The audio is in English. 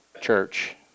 church